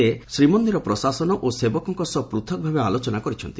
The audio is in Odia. ସେ ଶ୍ରୀ ମନ୍ଦିର ପ୍ରଶାସନ ଓ ସେବକଙ୍କ ସହ ପୃଥକ ଭାବେ ଆଲୋଚନା କରିଛନ୍ତି